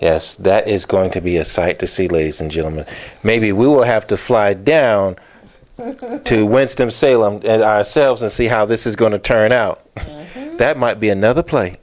yes that is going to be a sight to see luis and gentlemen maybe we will have to fly down to winston salem selves and see how this is going to turn out that might be another pla